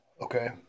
Okay